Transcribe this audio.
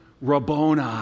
Rabboni